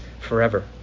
forever